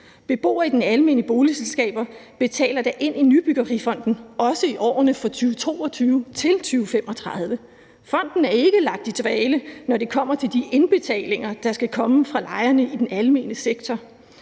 Beboere i de almene boligselskaber betaler da ind i Nybyggerifonden, også i årene fra 2022 til 2035. Fonden er ikke lagt i dvale, når det kommer til de indbetalinger, der skal komme fra lejerne i den almene sektor.